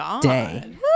day